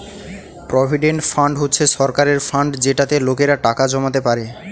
provident fund হচ্ছে সরকারের fund যেটাতে লোকেরা টাকা জমাতে পারে